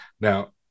Now